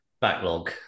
backlog